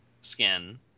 skin